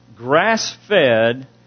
grass-fed